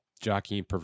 jockeying